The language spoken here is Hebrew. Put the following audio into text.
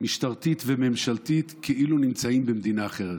משטרתית וממשלתית כאילו נמצאים במדינה אחרת.